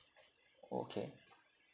okay